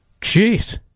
Jeez